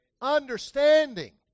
understanding